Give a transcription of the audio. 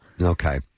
Okay